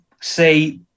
say